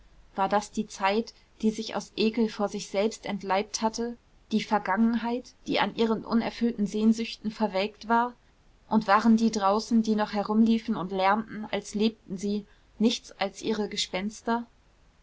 war das die zeit die sich aus ekel vor sich selbst entleibt hatte die vergangenheit die an ihren unerfüllten sehnsüchten verwelkt war und waren die draußen die noch herumliefen und lärmten als lebten sie nichts als ihre gespenster